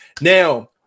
Now